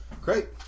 Great